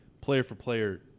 player-for-player